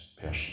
person